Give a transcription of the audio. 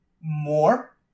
more